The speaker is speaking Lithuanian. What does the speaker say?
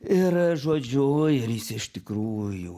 ir žodžiu ir jis iš tikrųjų